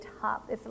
top